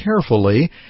carefully